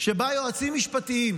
שבה יועצים משפטיים,